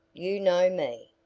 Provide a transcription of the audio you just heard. you know me.